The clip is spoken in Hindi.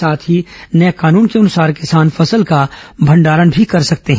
साथ ही नये कानुन के अनुसार किसान फसल का भण्डारण भी कर सकते हैं